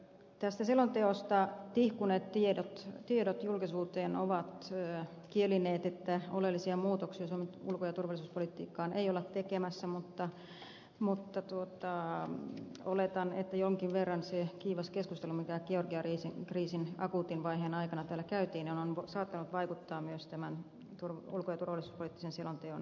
tästä selonteosta julkisuuteen tihkuneet tiedot ovat kielineet että oleellisia muutoksia suomen ulko ja turvallisuuspolitiikkaan ei olla tekemässä mutta oletan että jonkin verran se kiivas keskustelu mikä georgian kriisin akuutin vaiheen aikana täällä käytiin on saattanut vaikuttaa myös tämän ulko ja turvallisuuspoliittisen selonteon sisältöön